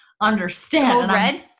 understand